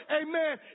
amen